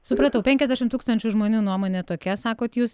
supratau penkiasdešimt tūkstančių žmonių nuomonė tokia sakot jūs